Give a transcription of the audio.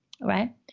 right